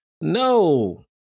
No